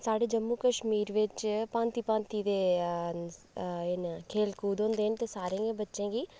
साढ़े जम्मू कश्मीर बिच भांत सभांती दियां एह् न खेढां होंदियां न ते सारें गै बच्चें गी